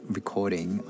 recording